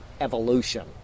evolution